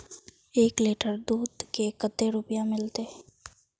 एक लीटर दूध के कते रुपया मिलते?